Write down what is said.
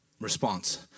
Response